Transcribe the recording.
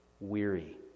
weary